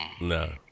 No